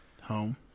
Home